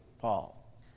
Paul